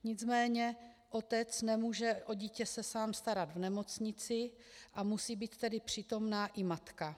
Nicméně otec se nemůže o dítě sám starat v nemocnici a musí být tedy přítomna i matka.